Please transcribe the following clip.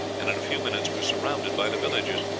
and in a few minutes were surrounded by the villagers,